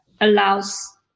allows